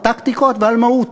על טקטיקות ועל מהות.